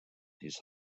his